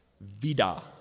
Vida